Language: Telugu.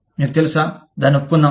మీకు తెలుసా దానిని ఒప్పుకుందాం